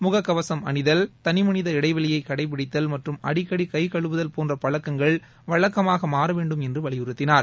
முகக் கவசம் அணிகல் கவி மனித இடைவெளியை கடைபிடித்தல் மற்றும் அடிக்கடி கை கழுவுதல் போன்ற பழக்கங்கள் வழக்கமாக மாற வேண்டும் என்று வலியுறுத்தினார்